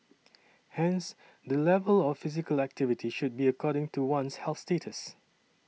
hence the level of physical activity should be according to one's health status